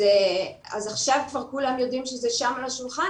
אז עכשיו כבר כולם שזה על השולחן,